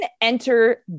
enter